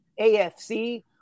AFC